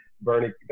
Bernie